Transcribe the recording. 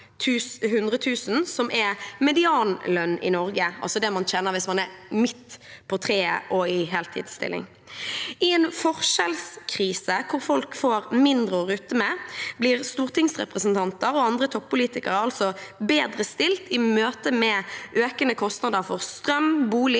som er medianlønnen i Norge, altså det man tjener hvis man er midt på treet og i heltidsstilling. I en forskjellskrise hvor folk får mindre å rutte med, blir stortingsrepresentanter og andre toppolitikere altså bedre stilt i møte med økende kostnader på strøm, bolig,